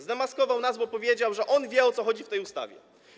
Zdemaskował nas, bo powiedział, że on wie, o co chodzi w tej ustawie.